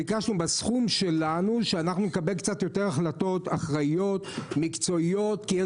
ביקשנו שנקבל קצת יותר החלטות אחראיות ומקצועיות על הסכום שלנו,